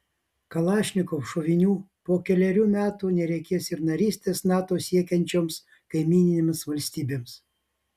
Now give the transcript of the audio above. kalašnikov šovinių po kelerių metų nereikės ir narystės nato siekiančioms kaimyninėms valstybėms